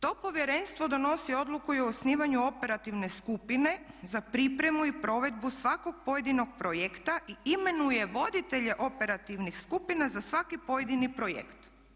To povjerenstvo donosi odluku i o osnivanju operativne skupine za pripremu i provedbu svakog pojedinog projekta i imenuje voditelje operativnih skupina za svaki pojedini projekt.